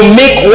make